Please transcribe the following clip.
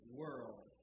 world